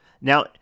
Now